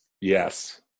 Yes